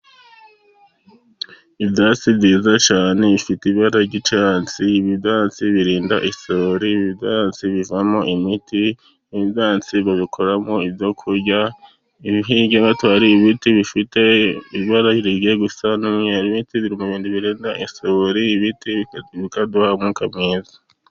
Ibyatsi byiza cyane bifite ibara ry'icyarasi, ibi byatsi birinda isuri, ibi byatsi bivamo imiti, ibi byatsi babikoramo ibyo kurya, hirya gato hari ibiti bifite ibara rigiye gusa n'umweru, ibi byatsi bikaba birinda isuri, bikaduha umwuka mwiza.